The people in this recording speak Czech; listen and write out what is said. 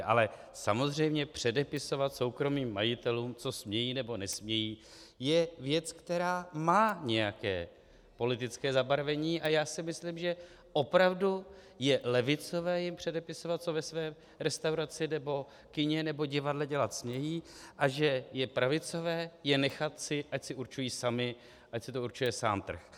Ale samozřejmě předepisovat soukromým majitelům, co smějí nebo nesmějí, je věc, která má nějaké politické zabarvení, a já si myslím, že opravdu je levicové jim předepisovat, co ve své restauraci, kině nebo divadle dělat smějí, a že je pravicové je nechat, ať si to určuje sám trh.